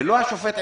ולא השופט,